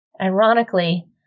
Ironically